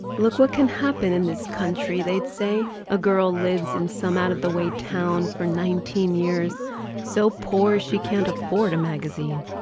look what can happen in this country. they'd say a girl lives in some out of the way town for nineteen years so poor she can't afford a magazine.